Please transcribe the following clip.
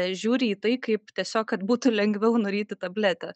žiūri į tai kaip tiesiog kad būtų lengviau nuryti tabletę